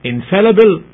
Infallible